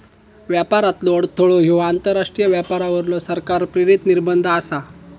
व्यापारातलो अडथळो ह्यो आंतरराष्ट्रीय व्यापारावरलो सरकार प्रेरित निर्बंध आसा